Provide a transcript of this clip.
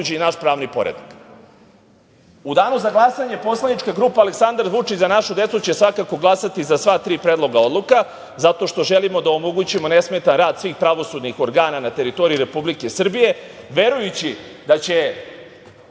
i naš pravni poredak.U danu za glasanje Poslanička grupa „Aleksandar Vučić – Za našu decu“ će svakako glasati za sva tri predloga odluka, zato što želimo da omogućimo nesmetan rad svih pravosudnih organa na teritoriji Republike Srbije, verujući da će